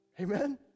amen